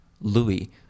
Louis